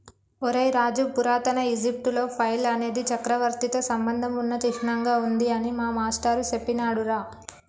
ఒరై రాజు పురాతన ఈజిప్టులో ఫైల్ అనేది చక్రవర్తితో సంబంధం ఉన్న చిహ్నంగా ఉంది అని మా మాష్టారు సెప్పినాడురా